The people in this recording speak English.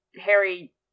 Harry